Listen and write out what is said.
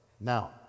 Now